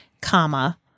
comma